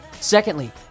Secondly